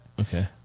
Okay